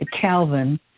Calvin